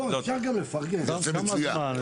יוצא מצוין.